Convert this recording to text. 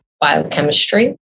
biochemistry